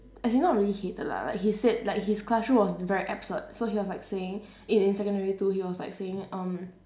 as in not really hated lah like he said like his classroom was very absurd so he was like saying in in secondary two he was like saying um